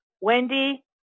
Wendy